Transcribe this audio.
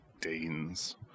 Danes